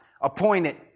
appointed